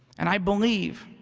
and i believe